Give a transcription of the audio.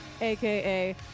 aka